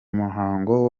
muhango